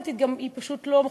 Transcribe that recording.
היא לא רק לא רלוונטית,